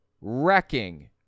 wrecking